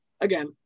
again